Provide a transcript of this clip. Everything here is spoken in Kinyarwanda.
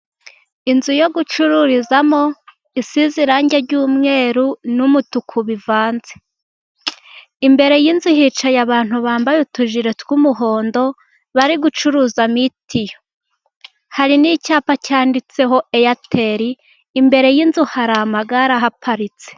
Inzu yo gucururizamo isize irangi ry'umweru n'umutuku bivanze. Imbere y'inzu hicaye abantu bambaye utujiri tw'umuhondo, bari gucuruza mituyu hari n'icyapa cyanditseho Eyateri. Imbere y'inzu hari amagare ahaparitse.